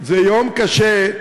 זה יום קשה,